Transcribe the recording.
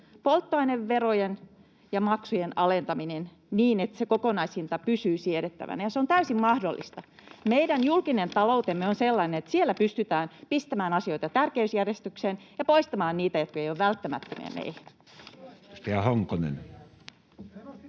polttoaineverojen ja maksujen alentaminen niin, että se kokonaishinta pysyy siedettävänä. Se on täysin mahdollista: meidän julkinen taloutemme on sellainen, että siellä pystytään pistämään asioita tärkeysjärjestykseen ja poistamaan niitä, jotka eivät ole välttämättömiä meille.